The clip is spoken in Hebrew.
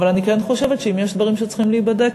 אבל אני כן חושבת שאם יש דברים שצריכים להיבדק,